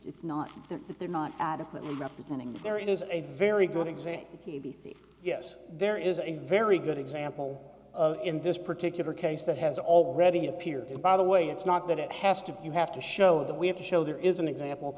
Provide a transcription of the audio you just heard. it's not that they're not adequately representing there is a very good example to be feet yes there is a very good example of in this particular case that has already appeared and by the way it's not that it has to you have to show that we have to show there is an example